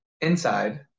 inside